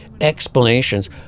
explanations